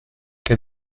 che